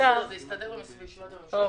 --- זה הסתדר בישיבת הממשלה.